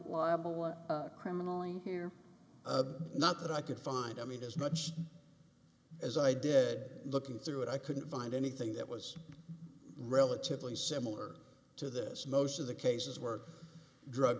liable criminally here not that i could find i mean as much as i did looking through it i couldn't find anything that was relatively similar to this most of the cases were drug